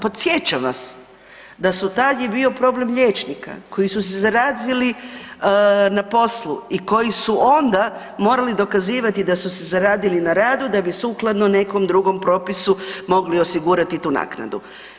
Podsjećam vas da su, tad je bio problem liječnika koji su se zarazili na poslu i koji su onda morali dokazivati da se zarazili na radu, da bi sukladno nekom drugom propisu mogli osigurati tu naknadu.